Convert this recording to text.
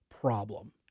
problem